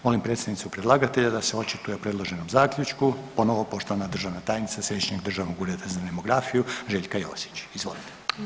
Molim predstavnicu predlagatelja da se očituje o predloženom zaključku, ponovo poštovana državna tajnica Središnjeg državnog ureda za demografiju, Željka Josić, izvolite.